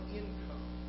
income